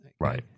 Right